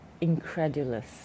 incredulous